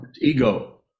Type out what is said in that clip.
Ego